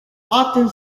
often